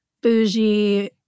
bougie